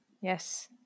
Yes